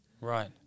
Right